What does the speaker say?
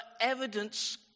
evidence